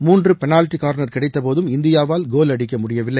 மூன்று penalty corner கிடைத்தபோதும் இந்தியாவால் கோல் அடிக்க முடியவில்லை